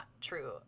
true